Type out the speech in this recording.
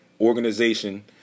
organization